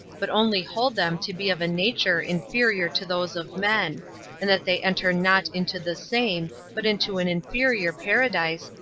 but only hold them to be of a nature inferior to those of men and that they enter not into the same, but into an inferior paradise,